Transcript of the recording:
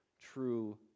true